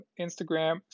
Instagram